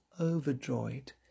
overjoyed